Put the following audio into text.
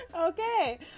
Okay